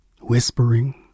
Whispering